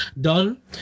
done